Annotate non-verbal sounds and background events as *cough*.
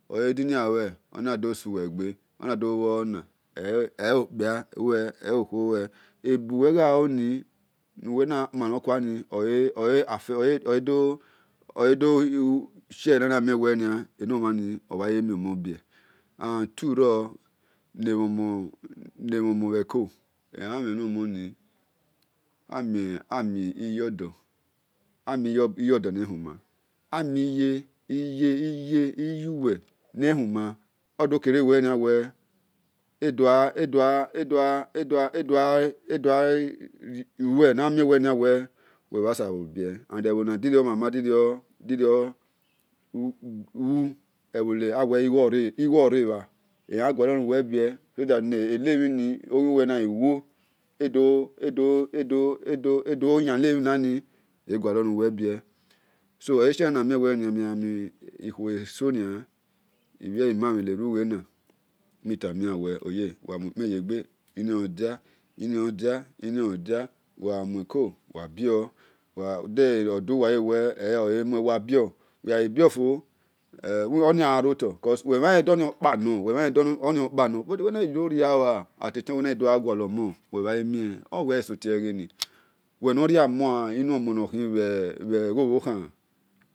Ohediniahu onad suwe-egbe oloh kpia lue elokhuo lue ebuwo ghabio ni nuwe naghoko ano khuani *hesitation* and tworoh nemhon mebhe ko amiyodo nehum amiye ne huma *hesitation* ebhonegirion hu aken we igho ore bha oghiun we na wemionmonbie *hesitation* ibhiebden mamhen nerughe metameyam uwa-muekpen yegbe hi a odia inia odia uwagha mueko uwa bion de odowa we-eyohebiomie-wigibion cos uwe mhanhen donikpanor wenagidoria we ata time we na gidoga-guahome uwemhan mie obho uwe yan-so bu uwe noria omon-enu nokhin bhe gho bho khan.